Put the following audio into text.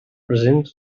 present